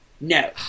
No